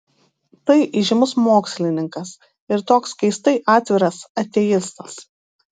tai įžymus mokslininkas ir toks keistai atviras ateistas